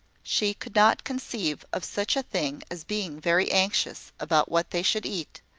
she could not conceive of such a thing, as being very anxious about what they should eat,